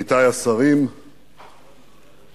מלאו 107 שנים לפטירתו של בנימין זאב הרצל.